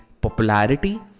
popularity